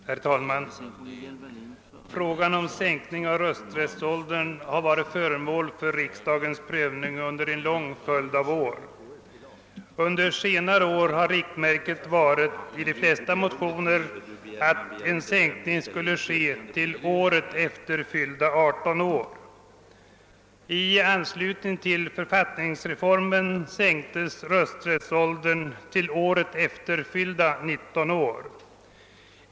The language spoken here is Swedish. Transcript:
Herr talman! Frågan om sänkning av rösträttsåldern har varit föremål för riksdagens prövning under en lång följd av år. Under senare år har riktmärket i de flesta motioner varit att en sänkning skulle genomföras till året efter fyllda 18 år. I anslutning till författningsreformen sänktes rösträttsåldern till året efter fyllda 19 år.